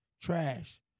trash